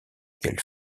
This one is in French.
qu’elle